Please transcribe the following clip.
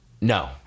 No